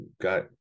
got